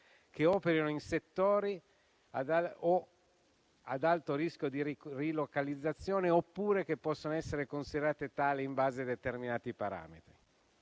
che operino in settori ad alto rischio di rilocalizzazione, oppure che possono essere considerate tali in base a determinati parametri.